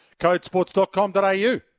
codesports.com.au